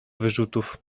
wyrzutów